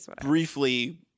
briefly